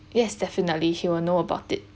yes definitely he will know about it